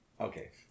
Okay